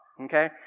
okay